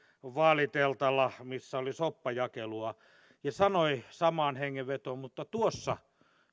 vaaliteltalla missä oli soppajakelua ja sanoi samaan hengenvetoon mutta tuossa